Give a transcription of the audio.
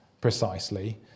precisely